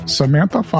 Samantha